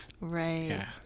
Right